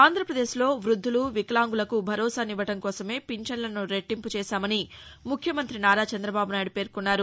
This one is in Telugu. ఆంధ్రాపదేశ్ లో వృద్దులు వికలాంగులకు భరోసానివ్వడం కోసమే పింఛన్లను రెట్టింపు చేశామని ముఖ్యమంత్రి నారా చంద్రబాబు నాయుడు పేర్కొన్నారు